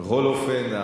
בכל אופן,